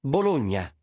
Bologna